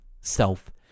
self